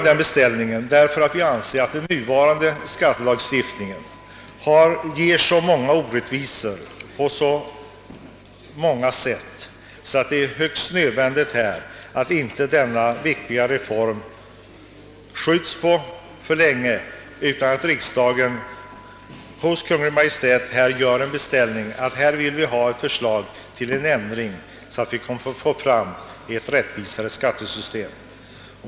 Den nuvarande skattelagstiftningen vållar orättvisor på så många sätt att det är högst nödvändigt att inte denna viktiga reform uppskjuts för länge, utan att riksdagen hos Kungl. Maj:t begär ett förslag till ändring så att vi får ett rättvisare skattesystem.